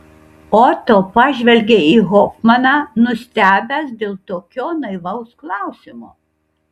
oto pažvelgė į hofmaną nustebęs dėl tokio naivaus klausimo